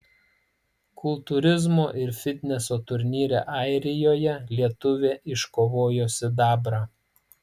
kultūrizmo ir fitneso turnyre airijoje lietuvė iškovojo sidabrą